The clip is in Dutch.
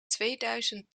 tweeduizend